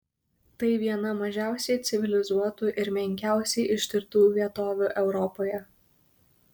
tai viena mažiausiai civilizuotų ir menkiausiai ištirtų vietovių europoje